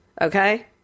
okay